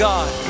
God